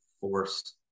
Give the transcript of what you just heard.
forced